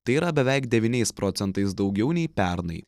tai yra beveik devyniais procentais daugiau nei pernai